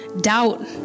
doubt